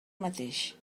mateix